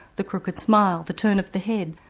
the crooked smile, the turn of the head,